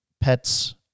pets